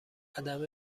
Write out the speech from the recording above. عدم